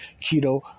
keto